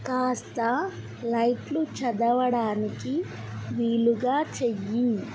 కాస్త లైట్లు చదవడానికి వీలుగా చేయి